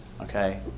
okay